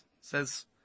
says